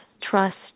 trust